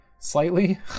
slightly